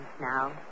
now